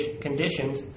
conditions